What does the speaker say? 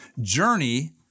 Journey